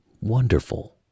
wonderful